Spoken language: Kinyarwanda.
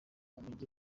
umujyi